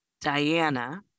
diana